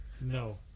No